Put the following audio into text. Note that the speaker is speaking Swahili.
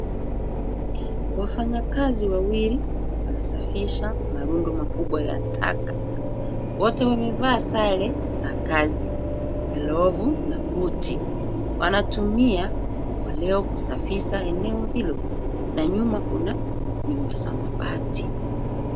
Wafanyakazi wawili wanasafisha marundo makubwa ya taka. Wote wamevaa sare za kazi, glovu na buti. Wanatumia koleo kusafisha eneo hilo na nyuma kuna nyumba za mabati.